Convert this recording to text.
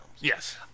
Yes